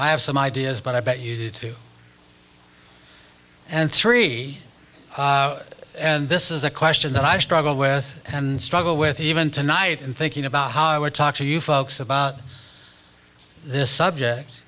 i have some ideas but i bet you two and three and this is a question that i struggle with and struggle with even tonight in thinking about how i would talk to you folks about this subject